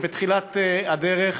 בתחילת הדרך